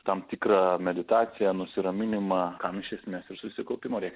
tam tikrą meditaciją nusiraminimą kam iš esmės ir susikaupimo reik